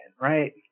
right